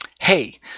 hey